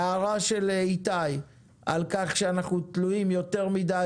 ההערה של איתי על כך שאנחנו תלויים יותר מדי